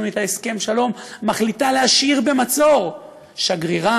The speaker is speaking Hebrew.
איתה הסכם שלום מחליטה להשאיר במצור שגרירה,